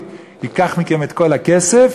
ייקח מכם את כל הכסף,